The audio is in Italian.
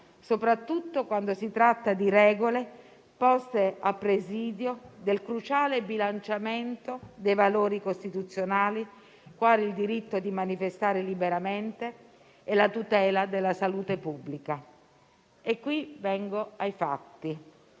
soprattutto quando si tratta di regole poste a presidio del cruciale bilanciamento dei valori costituzionali, quali il diritto di manifestare liberamente e la tutela della salute pubblica. E qui vengo ai fatti.